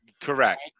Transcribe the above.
Correct